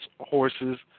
horses